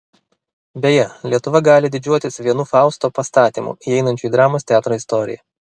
beje lietuva gali didžiuotis vienu fausto pastatymu įeinančiu į dramos teatro istoriją